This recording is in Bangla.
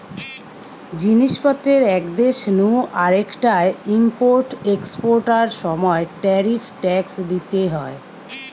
জিনিস পত্রের এক দেশ নু আরেকটায় ইম্পোর্ট এক্সপোর্টার সময় ট্যারিফ ট্যাক্স দিইতে হয়